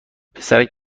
پسرک